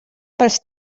pels